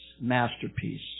masterpiece